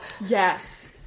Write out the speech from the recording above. Yes